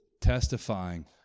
testifying